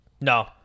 no